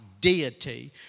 deity